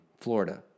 Florida